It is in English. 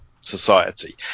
society